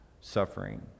suffering